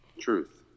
truth